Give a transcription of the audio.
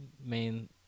main